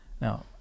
Now